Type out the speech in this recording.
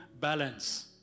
balance